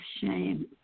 shame